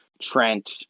trent